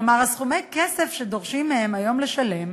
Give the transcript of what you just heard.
כלומר, סכומי הכסף שדורשים מהם היום לשלם,